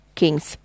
kings